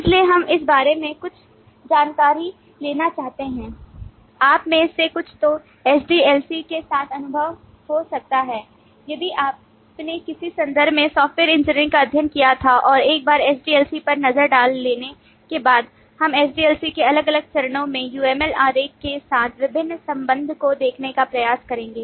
इसलिए हम इस बारे में कुछ जानकारी लेना चाहते हैं आप में से कुछ को SDLC के साथ अनुभव हो सकता है यदि आपने किसी संदर्भ में सॉफ्टवेयर इंजीनियरिंग का अध्ययन किया था और एक बार SDLCपर नज़र डाल लेने के बाद हम SDLC के अलग अलग चरणों में uml आरेख के साथ विभिन्न संबद्ध को देखने का प्रयास करेंगे